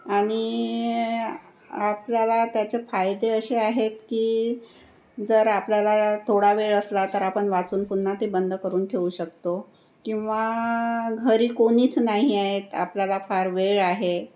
आणि आपल्याला त्याचे फायदे असे आहेत की जर आपल्याला थोडा वेळ असला तर आपण वाचून पुन्हा ते बंद करून ठेवू शकतो किंवा घरी कोणीच नाही आहेत आपल्याला फार वेळ आहे